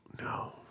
no